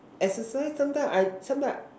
exercise sometime I sometime